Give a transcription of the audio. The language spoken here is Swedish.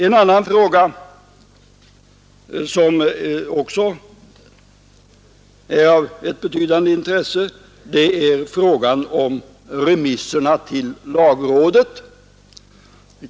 En annan fråga som också är av rätt betydande intresse är frågan om remisserna till lagrådet.